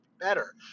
better